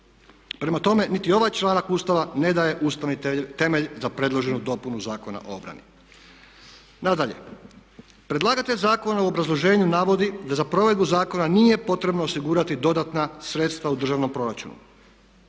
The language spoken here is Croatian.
Prema tome niti ovaj članak Ustava ne daje ustavni temelj za predloženu dopuna Zakona o obrani. Nadalje, predlagatelj zakona u obrazloženju navodi da za provedbu zakona nije potrebno osigurati dodatna sredstva u državnom proračunu.